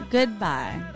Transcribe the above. Goodbye